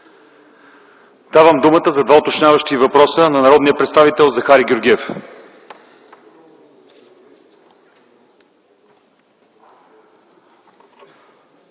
Давам думата за два уточняващи въпроса на народния представител Захари Георгиев.